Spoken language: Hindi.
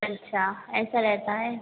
अच्छा ऐसा रहता है